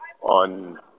on